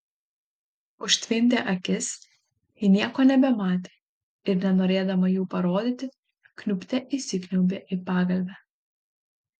užtvindė akis ji nieko nebematė ir nenorėdama jų parodyti kniubte įsikniaubė į pagalvę